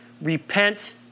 Repent